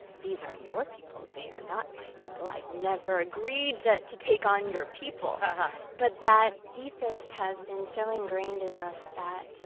these are your people, they are not my people. i've never agreed to take on your people. and but that ethos has been so ingrained in us, that